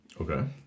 Okay